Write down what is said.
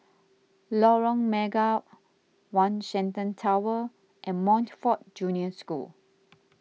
Lorong Mega one Shenton Tower and Montfort Junior School